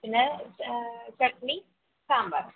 പിന്നെ ചട്നി സാമ്പാറ്